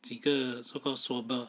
几个 so called swabber